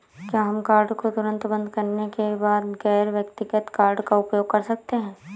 क्या हम कार्ड को तुरंत बंद करने के बाद गैर व्यक्तिगत कार्ड का उपयोग कर सकते हैं?